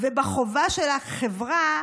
ובחובה של החברה